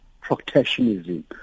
protectionism